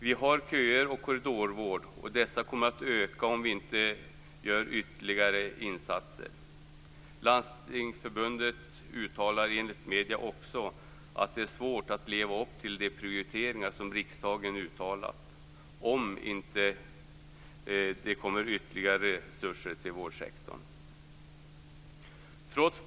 Vi har köer och korridorvård, och detta kommer att öka om vi inte gör ytterligare insatser. Landstingsförbundet uttalar enligt medierna också att det är svårt att leva upp till de prioriteringar som riksdagen uttalat om inte ytterligare resurser kommer vårdsektorn till del.